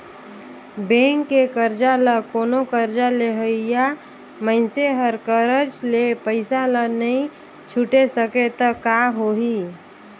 bank के करजा ल कोनो करजा लेहइया मइनसे हर करज ले पइसा ल नइ छुटे सकें त का होही